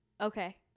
Okay